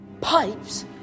Pipes